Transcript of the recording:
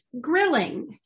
grilling